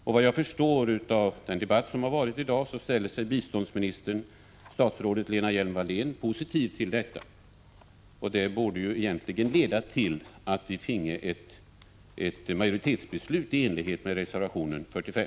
Såvitt jag förstår av den debatt som förts i dag ställer sig biståndsministern, statsrådet Lena Hjelm-Wallén, positiv till detta, och det borde leda till att vi finge ett majoritetsbeslut i enlighet med reservation 45.